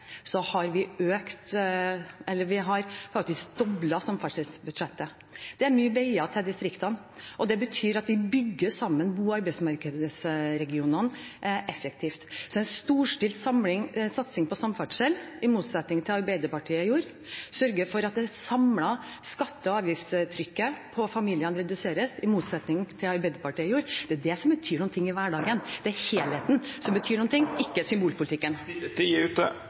faktisk doblet samferdselsbudsjettet. Det er mye veier til distriktene, og det betyr at vi bygger sammen bo- og arbeidsmarkedsregionene effektivt. En storstilt satsing på samferdsel, i motsetning til det Arbeiderpartiet gjorde, og å sørge for at det samlede skatte- og avgiftstrykket på familiene reduseres, i motsetning til det Arbeiderpartiet gjorde, er det som betyr noe i hverdagen. Det er helheten som betyr noe, ikke symbolpolitikken.